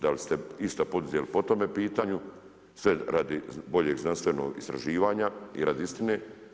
Da li ste išta poduzeli po tome pitanju sve radi boljeg znanstvenog istraživanja i radi istine.